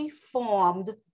formed